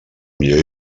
millor